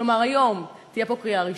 כלומר, היום תהיה פה קריאה ראשונה,